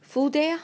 full day